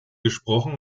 gesprochen